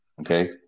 Okay